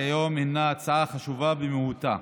הצעת החוק שמגישי ההצעה מביאים להצבעה כיום היא הצעה חשובה במהותה,